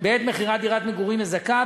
בעת מכירת דירת מגורים מזכה.